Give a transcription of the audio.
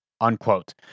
unquote